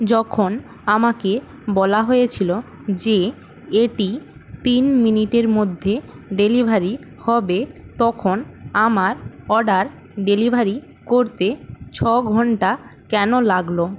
যখন আমাকে বলা হয়েছিলো যে এটি তিন মিনিটের মধ্যে ডেলিভারি হবে তখন আমার অর্ডার ডেলিভারি করতে ছ ঘন্টা কেন লাগলো